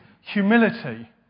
humility